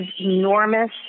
enormous